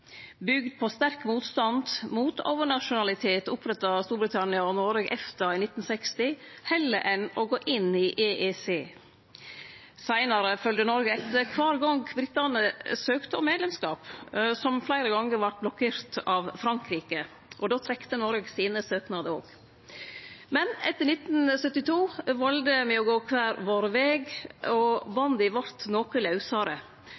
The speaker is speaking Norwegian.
Bygd på sterk motstand mot overnasjonalitet oppretta Storbritannia og Noreg EFTA i 1960 heller enn å gå inn i EEC. Seinare følgde Noreg etter kvar gong britane søkte om medlemskap, som fleire gonger vart blokkert av Frankrike. Då trekte Noreg sine søknader òg. Men etter 1972 valde me å gå kvar vår veg, og